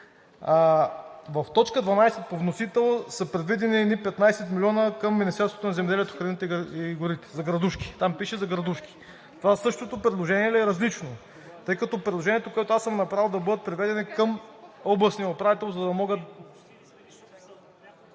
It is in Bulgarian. В т. 12 по вносител са предвидени едни 15 милиона към Министерството на земеделието, храните и горите за градушки. Там пише: за градушки. Това същото предложение ли е, или е различно? Тъй като предложението, което съм направил, е да бъдат преведени към областния управител, за да могат...